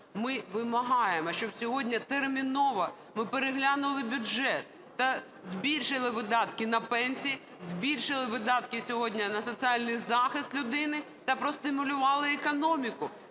Ми вимагаємо, щоб сьогодні терміново ми переглянули бюджет та збільшили видатки на пенсії, збільшили видатки сьогодні на соціальний захист людини та простимулювали економіку.